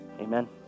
amen